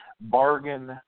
bargain